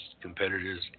competitors